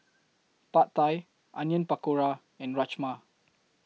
Pad Thai Onion Pakora and Rajma